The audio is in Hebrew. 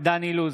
דן אילוז,